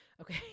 Okay